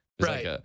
Right